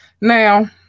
Now